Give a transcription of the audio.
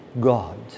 God